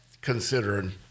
considering